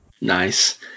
Nice